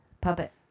Puppet